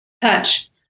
touch